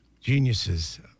Geniuses